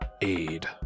aid